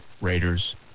Raiders